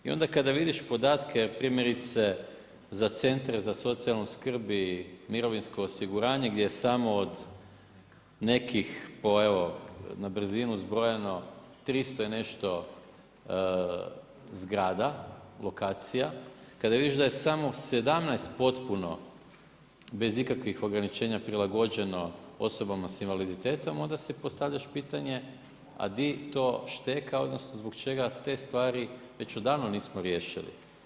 I onda kad vidiš podatke, primjerice za centre, za socijalnu skrb i mirovinsko osiguranje, gdje je samo od nekih pa evo, na brzinu spojeno 300 i nešto zgrada, lokacija, kada vidiš da je samo 17 potpuno, bez ikakvih ograničenja prilagođeno osobama s invaliditetom, onda si postavljaš pitanje, a gdje to šteka, odnosno, zbog čega te stvari već odavno nismo riješili.